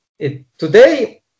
today